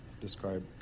describe